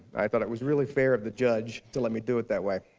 i thought it was really fair of the judge to let me do it that way.